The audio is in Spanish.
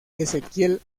ezequiel